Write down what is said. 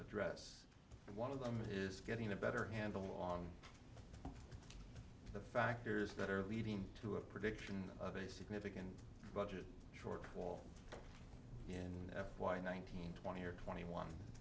address and one of them is getting a better handle on the factors that are leading to a prediction of a significant budget shortfall in f y nineteen twenty or twenty